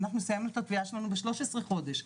אנחנו סיימנו את התביעה שלנו ב-13 חודש,